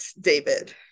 David